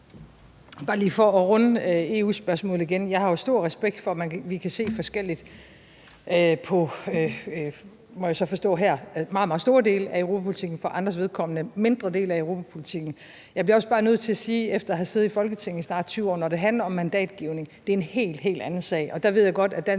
Jeg har jo stor respekt for, at vi kan se forskelligt på, må jeg så forstå her, meget, meget store dele af europapolitikken og for andres vedkommende en mindre del af europapolitikken. Jeg bliver også bare nødt til at sige efter at have siddet i Folketinget i snart 20 år, at det, når det handler om mandatgivning, er en helt, helt anden sag.